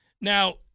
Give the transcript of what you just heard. Now